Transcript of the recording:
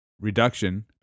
reduction